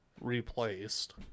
Replaced